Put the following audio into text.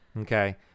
Okay